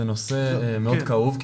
זה נושא מאוד כאוב,